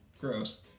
Gross